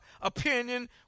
opinion